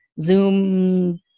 Zoom